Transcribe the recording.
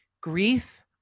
Grief